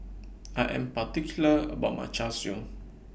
I Am particular about My Char Siu